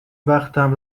وقتم